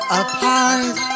apart